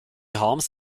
harms